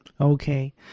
Okay